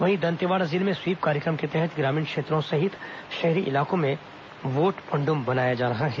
वहीं दंतेवाड़ा जिले में स्वीप कार्यक्रम के तहत ग्रामीण क्षेत्रों सहित शहरी इलाकों में व्होट पंडुम मनाया जा रहा है